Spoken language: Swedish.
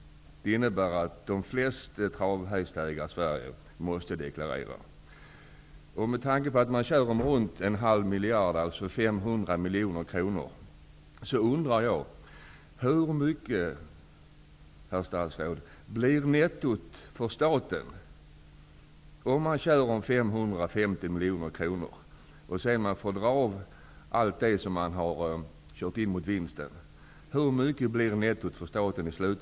Det innebär att de flesta travhästägarna i Sverige måste deklarera. Prispengarna uppgår sammanlagt till ca 550 miljoner kronor om året. Jag skulle då vilja fråga statsrådet: Hur stort blir nettot för staten, sedan hästägarna från vinsten har dragit av kostnaderna?